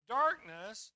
darkness